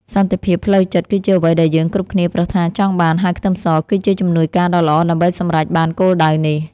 សន្តិភាពផ្លូវចិត្តគឺជាអ្វីដែលយើងគ្រប់គ្នាប្រាថ្នាចង់បានហើយខ្ទឹមសគឺជាជំនួយការដ៏ល្អដើម្បីសម្រេចបានគោលដៅនេះ។